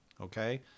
Okay